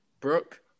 Brooke